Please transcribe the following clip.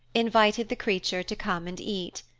invited the creature to come and eat.